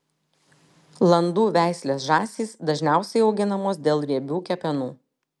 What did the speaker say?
landų veislės žąsys dažniausiai auginamos dėl riebių kepenų